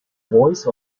voice